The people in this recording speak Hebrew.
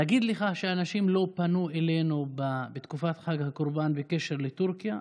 להגיד לך שאנשים לא פנו אלינו בתקופת חג הקורבן בקשר לטורקיה?